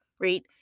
right